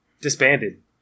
Disbanded